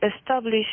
establish